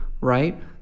right